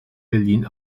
berlin